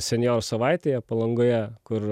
senjo savaitėje palangoje kur